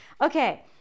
okay